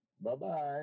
Bye-bye